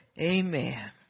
Amen